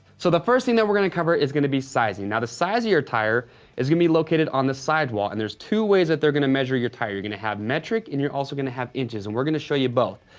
so the first thing that we're gonna cover is gonna be sizing. now the size of your tire is gonna be located on the sidewall, and there's two ways that they're gonna measure your tire. you're gonna have metric and you're also gonna have inches, and we're gonna show you both.